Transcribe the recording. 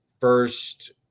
first